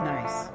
Nice